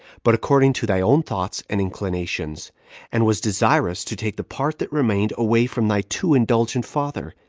but according to thy own thoughts and inclinations and was desirous to take the part that remained away from thy too indulgent father,